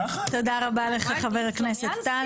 תודה רבה, חבר הכנסת טל.